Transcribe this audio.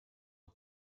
und